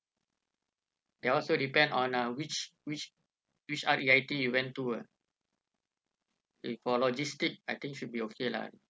it also depend on uh which which which R_E_I_T you went to ah if for logistics I think should be okay lah